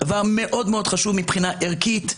מדובר בדבר מאוד חשוב מבחינה ערכית,